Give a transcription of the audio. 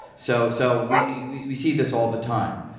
so, so we we see this all the time.